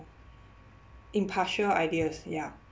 impartial ideas ya